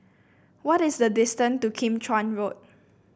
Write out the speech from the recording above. what is the distance to Kim Chuan Road